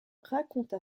raconte